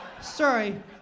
Sorry